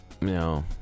No